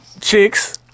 chicks